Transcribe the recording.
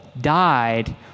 died